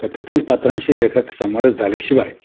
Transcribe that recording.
कथेतील पात्रांशी लेखक समरस झाल्याशिवाय